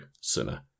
sinner